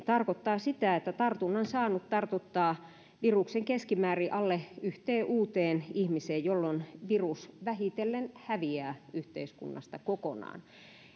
tarkoittaa sitä että tartunnan saanut tartuttaa viruksen keskimäärin alle yhteen uuteen ihmiseen jolloin virus vähitellen häviää yhteiskunnasta kokonaan